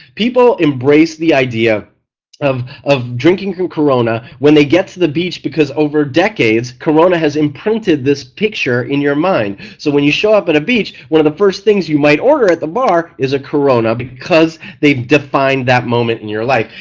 people embrace the idea of of drinking corona when they get to the beach because over decades corona has imprinted this picture in your mind so when you show up at a beach one of the first things you might order at the bar is a corona because they have defined that moment in your life.